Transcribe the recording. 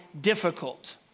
difficult